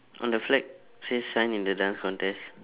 on the flag say shine in the dance contest